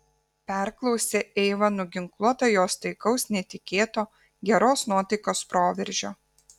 perklausė eiva nuginkluota jo staigaus netikėto geros nuotaikos proveržio